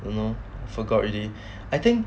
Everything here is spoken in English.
you know forgot already I think